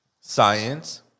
science